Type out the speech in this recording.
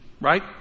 Right